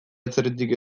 atzerritik